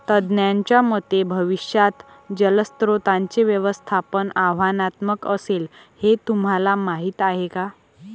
तज्ज्ञांच्या मते भविष्यात जलस्रोतांचे व्यवस्थापन आव्हानात्मक असेल, हे तुम्हाला माहीत आहे का?